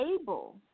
able